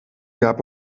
gab